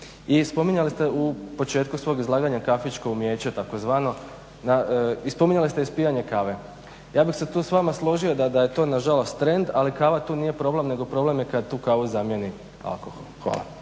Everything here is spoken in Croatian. I spominjali ste u početku svog izlaganja faktičko umijeće, tzv. i spominjali ste ispijanje kave. Ja bih se tu s vama složio da je to nažalost trend ali kava tu nije problem nego problem je kada tu kavu zamijeni alkohol. Hvala.